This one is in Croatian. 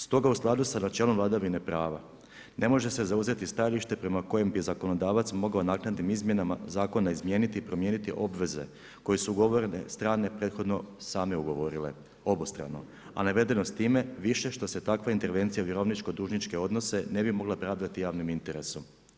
Stoga u skladu sa načelom vladavine prava ne može se zauzeti stajalište prema kojem bi zakonodavac mogao naknadnim izmjenama zakona izmijeniti i promijeniti obveze koje su ugovorene strane prethodno same ugovorile obostrano, a navedeno s time više što se takva intervencija vjerovničko-dužničke odnose ne bi mogla pravdati javnim interesom.